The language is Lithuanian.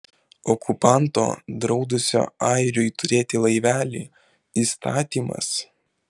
okupanto draudusio airiui turėti laivelį įstatymas